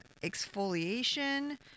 Exfoliation